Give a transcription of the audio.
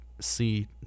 see